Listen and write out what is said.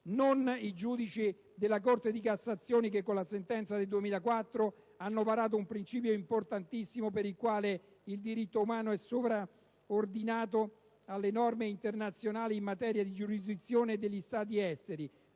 non i giudici della Corte di cassazione che con la sentenza del 2004 hanno varato un principio importantissimo per il quale il diritto umanitario è sovraordinato alle norme internazionali in materia di giurisdizione degli Stati esteri;